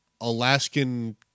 Alaskan